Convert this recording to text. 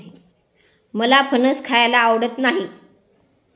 मला फणस खायला आवडत नाही